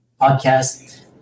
Podcast